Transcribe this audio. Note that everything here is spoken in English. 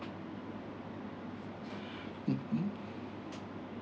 mmhmm